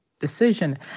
decision